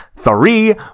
three